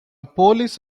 police